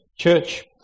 church